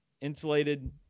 insulated